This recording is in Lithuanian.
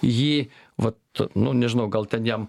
jį vat nu nežinau gal ten jam